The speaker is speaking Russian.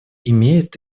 имеет